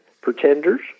pretenders